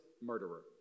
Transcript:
murderer